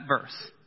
verse